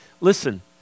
Listen